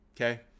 okay